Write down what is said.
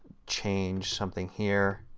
change something here,